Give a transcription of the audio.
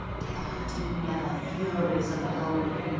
departing never, furies of the home.